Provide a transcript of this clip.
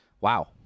Wow